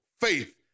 faith